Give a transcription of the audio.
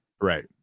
Right